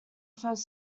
first